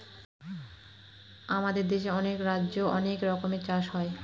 আমাদের দেশে অনেক রাজ্যে অনেক রকমের চাষ হয়